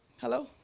Hello